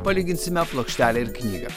palyginsime plokštelę ir knygą